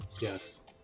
Yes